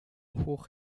hoch